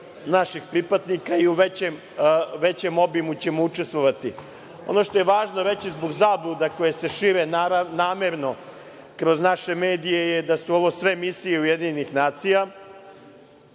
naših pripadnika i u većem obimu ćemo učestovati. Ono što je važno reći, zbog zabluda koje se šire namerno kroz naše medije, je da su ovo sve misije UN i da nije